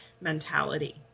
mentality